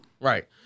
Right